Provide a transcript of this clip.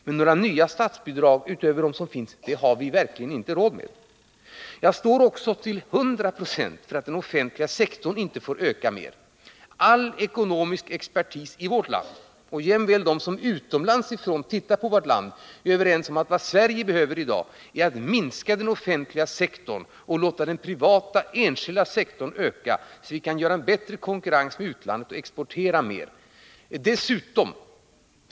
Men några nya statsbidrag utöver dem som finns har vi verkligen inte råd med. Jag står också till hundra procent för åsikten att den offentliga sektorn inte får öka mer. All ekonomisk expertis i vårt land, jämväl den expertis som utomlands ser på vårt lands situation, är överens om att vad Sverige behöver i dag är att minska den offentliga sektorn och låta den privata sektorn öka, så att Sverige kan konkurrera med utlandet och exportera mer.